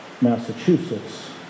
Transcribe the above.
Massachusetts